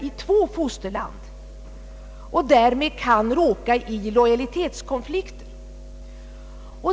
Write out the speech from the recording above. i två fosterland och därmed kan råka i lojalitetskonflikter.